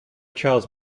charles